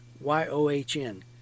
Y-O-H-N